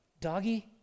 Doggy